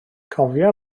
cofia